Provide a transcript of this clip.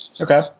Okay